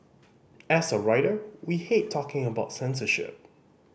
as a writer we hate talking about censorship